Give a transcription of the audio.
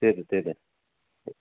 त्यही त त्यही त